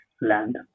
land